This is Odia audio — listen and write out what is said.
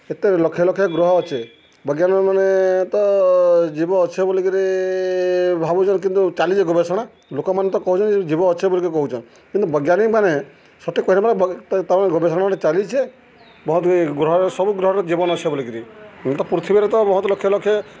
ଏତେ ଲକ୍ଷ ଲକ୍ଷ ଗ୍ରହ ଅଛେ ବୈଜ୍ଞାନିକମାନେ ତ ଜୀବ ଅଛ ବୋଲିକିରି ଭାବୁଚନ୍ କିନ୍ତୁ ଚାଲିଚେ ଗବେଷଣା ଲୋକମାନେ ତ କହୁଛନ୍ତି ଜୀବ ଅଛେ ବୋଲିକି କହୁଚନ୍ କିନ୍ତୁ ବୈଜ୍ଞାନିକମାନେ ସଠିକେ କହ ତା ଗବେଷଣା ଗୋଟେ ଚାଲିଛେ ବହୁତ ଗ୍ରହରେ ସବୁ ଗ୍ରହର ଜୀବନ ଅଛେ ବୋଲିକିରି ତ ପୃଥିବୀରେ ତ ବହୁତ ଲକ୍ଷ ଲକ୍ଷ